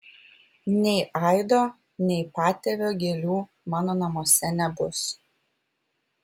nei aido nei patėvio gėlių mano namuose nebus